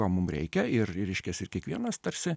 ko mum reikia ir reiškias ir kiekvienas tarsi